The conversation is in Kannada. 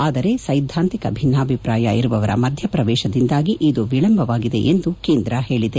ಆದರೆ ಸ್ನೆದ್ದಾಂತಿಕ ಭಿನ್ನಾಭಿಪ್ರಾಯ ಇರುವವರ ಮಧ್ಯಪ್ರವೇಶದಿಂದಾಗಿ ಇದು ವಿಳಂಬವಾಗಿದೆ ಎಂದು ಕೇಂದ್ರ ಹೇಳಿದೆ